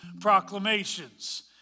proclamations